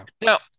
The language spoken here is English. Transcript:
Now